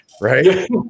right